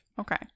Okay